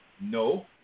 no